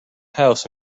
house